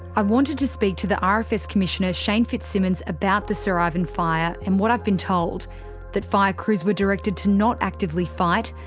i wanted to speak to the um rfs commissioner shane fitzsimmons about the sir ivan fire and what i've been told that fire crews were directed to not actively fight,